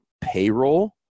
payroll